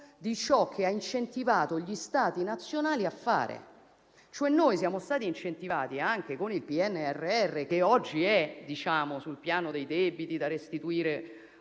di ciò che ha incentivato gli Stati nazionali a fare. Noi siamo stati incentivati, anche con il PNRR (che oggi, sul piano dei debiti da restituire,